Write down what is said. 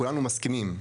כולנו מסכימים,